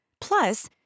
Plus